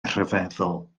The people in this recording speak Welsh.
rhyfeddol